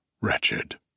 wretched